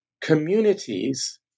communities